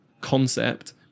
concept